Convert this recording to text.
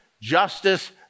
justice